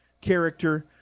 character